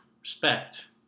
respect